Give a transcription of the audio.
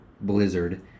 blizzard